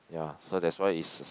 ya so that's why is